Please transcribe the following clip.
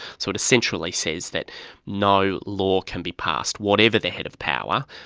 so it essentially says that no law can be passed, whatever the head of power,